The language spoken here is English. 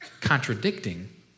contradicting